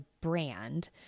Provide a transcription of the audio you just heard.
brand